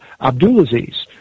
Abdulaziz